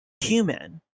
human